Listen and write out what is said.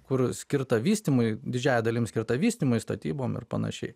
kur skirta vystymui didžiąja dalim skirta vystymui statybom ir panašiai